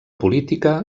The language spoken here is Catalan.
política